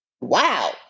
wow